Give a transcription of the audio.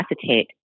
acetate